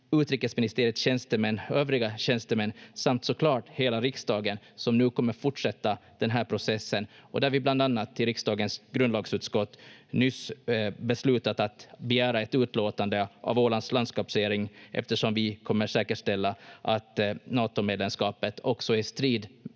utrikesministeriets tjänstemän, övriga tjänstemän samt så klart hela riksdagen, som nu kommer fortsätta den här processen, där vi bland annat i riksdagens grundlagsutskott nyss beslutat att begära ett utlåtande av Ålands landskapsregering eftersom vi kommer säkerställa att Natomedlemskapet också är